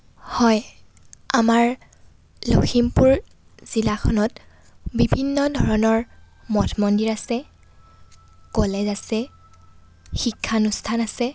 হয় আমাৰ লখিমপুৰ জিলাখনত বিভিন্ন ধৰণৰ মঠ মন্দিৰ আছে কলেজ আছে শিক্ষানুষ্ঠান আছে